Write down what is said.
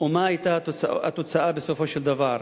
ומה היתה התוצאה בסופו של דבר: